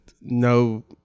No